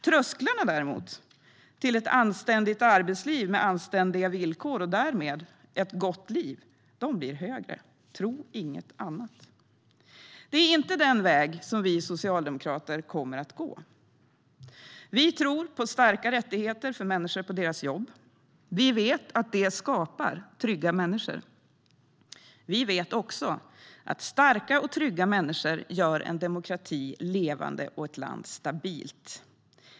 Trösklarna till ett anständigt arbetsliv med anständiga villkor och därmed ett gott liv blir däremot högre. Tro inget annat. Det är inte den väg som vi socialdemokrater kommer att gå. Vi tror på starka rättigheter för människor på deras jobb. Vi vet att det skapar trygga människor. Vi vet också att starka och trygga människor gör en demokrati levande och ett land stabilt.